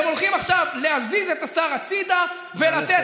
אתם הולכים עכשיו להזיז את השר הצידה ולתת